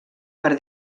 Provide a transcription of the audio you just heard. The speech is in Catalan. per